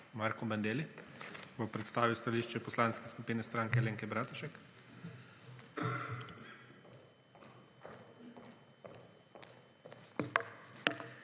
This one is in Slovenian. Marko Bandelli, bo predstavil stališče Poslanske skupine Stranke Alenke Bratušek.